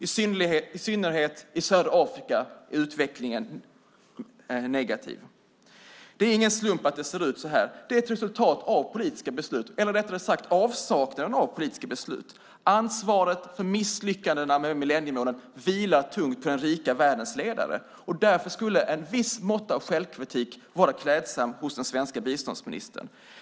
I synnerhet i södra Afrika är utvecklingen negativ. Det är ingen slump att det ser ut så här. Det är ett resultat av politiska beslut, eller rättare sagt avsaknaden av politiska beslut. Ansvaret för misslyckandena med millenniemålen vilar tungt på den rika världens ledare. Därför skulle ett visst mått av självkritik vara klädsamt hos den svenska biståndsministern.